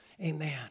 amen